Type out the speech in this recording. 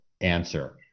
answer